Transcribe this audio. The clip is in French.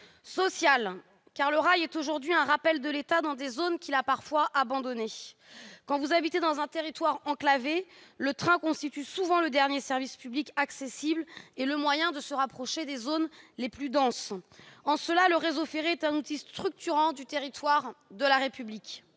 social, car le rail est un rappel de l'État dans des zones qu'il a parfois abandonnées. Quand vous habitez dans un territoire enclavé, le train constitue souvent le dernier service public accessible et le moyen de se rapprocher des zones les plus denses. En cela, le réseau ferré est un outil structurant du territoire de la République.